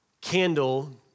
candle